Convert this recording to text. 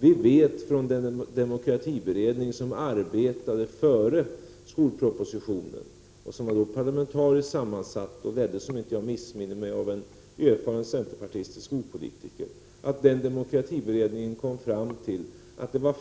Vi vet genom den demokratiberedning som arbetade före skolpropositionen, som var parlamentariskt sammansatt och leddes, om jag inte missminner mig, av en erfaren centerpartistisk skolpolitiker, att det